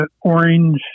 orange